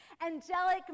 Angelic